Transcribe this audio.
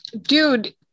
Dude